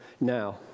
now